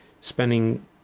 spending